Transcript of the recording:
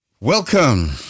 Welcome